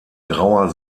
grauer